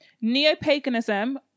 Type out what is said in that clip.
neo-paganism